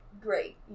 great